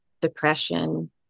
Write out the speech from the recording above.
depression